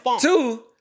two